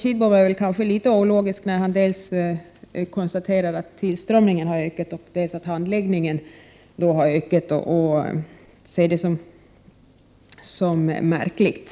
Jag tycker att Bengt Kindbom var litet ologisk när han konstaterade att tillströmningen har ökat och att handläggningstiderna har blivit längre och ansåg att det var märkligt.